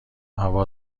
هوا